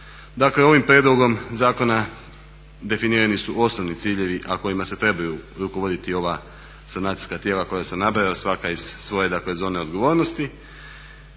Dakle ovim prijedlogom zakona definirani su osnovni ciljevi a kojima se trebaju rukovoditi ova sanacijska tijela koja sam nabrojao, svaka iz svoje dakle zone odgovornosti.